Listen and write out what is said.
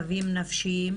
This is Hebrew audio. נשים,